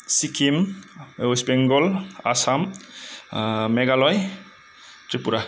Sikkim west Bengal Assam Meghalaya Tripura